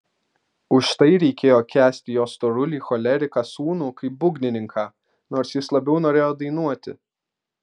už tai reikėjo kęsti jo storulį choleriką sūnų kaip būgnininką nors jis labiau norėjo dainuoti